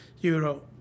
Euro